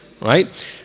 Right